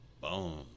Boom